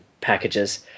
packages